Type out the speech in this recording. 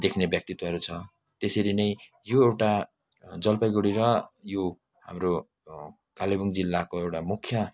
देख्ने व्यक्तित्वहरू छ त्यसरी नै यो एउटा जलपाइगुढी र यो हाम्रो कालेबुङ जिल्लाको एउटा मुख्य